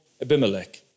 Abimelech